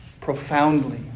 profoundly